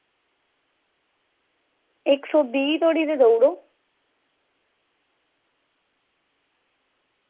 इक सौ बीह् धोड़ी ते देऊड़ो